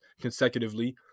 consecutively